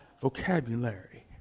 vocabulary